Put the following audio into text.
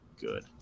good